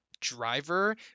driver